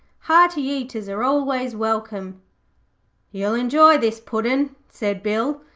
hearty eaters are always welcome you'll enjoy this puddin' said bill,